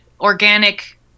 organic